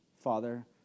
Father